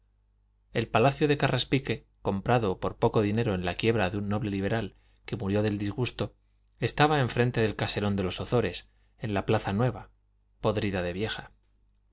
el palacio de carraspique comprado por poco dinero en la quiebra de un noble liberal que murió del disgusto estaba enfrente del caserón de los ozores en la plaza nueva podrida de vieja